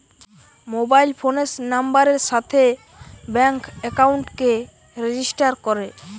mobile ফোনের নাম্বারের সাথে ব্যাঙ্ক একাউন্টকে রেজিস্টার করে